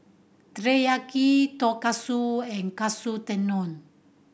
Teriyaki Tonkatsu and Katsu Tendon